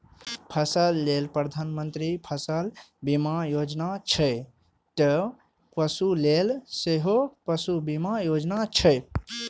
फसिल लेल प्रधानमंत्री फसल बीमा योजना छै, ते पशु लेल सेहो पशु बीमा योजना छै